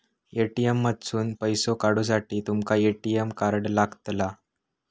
ATM मधसून पैसो काढूसाठी तुमका ए.टी.एम कार्ड लागतला